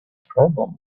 problem